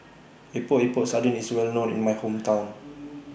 Epok Epok Sardin IS Well known in My Hometown